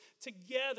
together